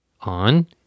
on